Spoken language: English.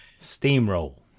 Steamroll